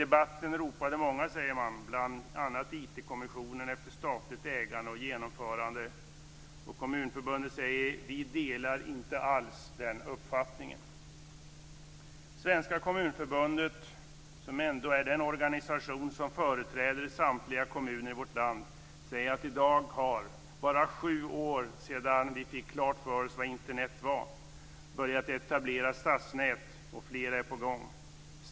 I debatten ropade många, säger man, bl.a. IT-kommissionen, efter statligt ägande och genomförande. Kommunförbundet säger: Vi delar inte alls den uppfattningen. Svenska Kommunförbundet, som ändå är den organisation som företräder samtliga kommuner i vårt land, säger att det i dag, bara sju år efter det att vi fick klart för oss vad Internet vad, har börjat etableras stadsnät - och fler är på gång.